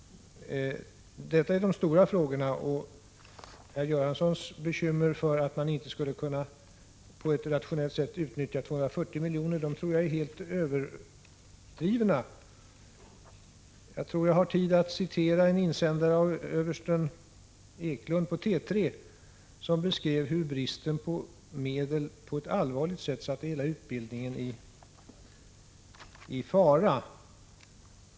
Detta är de stora frågorna. Herr Göranssons bekymmer för att man inte på ett rationellt sätt skulle kunna utnyttja 240 milj.kr. tror jag är helt överdrivna. Jag tror att jag har tid att återge vad överste Eklund på T 3 har sagt i en insändare. Han beskriver hur bristen på medel på ett allvarligt sätt satt hela utbildningen i fara.